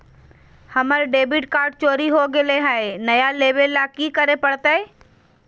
हमर debit card चोरी हो गेले हई, नया लेवे ल की करे पड़तई?